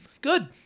Good